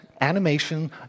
animation